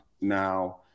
now